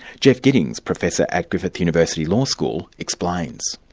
jeff giddings, professor at griffith university law school, explains.